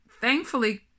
thankfully